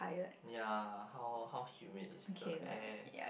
ya how how humid is the air